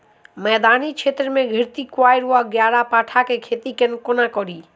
मैदानी क्षेत्र मे घृतक्वाइर वा ग्यारपाठा केँ खेती कोना कड़ी?